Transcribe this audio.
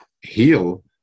heal